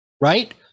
Right